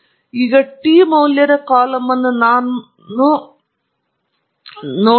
ಈಗ ಟಿ ಮೌಲ್ಯದ ಕಾಲಮ್ ನಾನು ಹೋಗುವುದಿಲ್ಲ ಎಂದು ಸಂಗತಿ ಇದು ಊಹೆಯ ಪರೀಕ್ಷೆಗೆ ಸಂಬಂಧಿಸಿದ